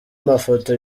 mafoto